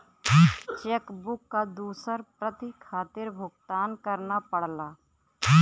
check book क दूसर प्रति खातिर भुगतान करना पड़ला